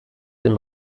dem